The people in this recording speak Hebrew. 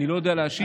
אני לא יודע להשיב,